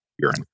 urine